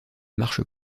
marche